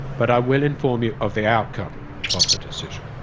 but i will inform you of the outcome of the decision.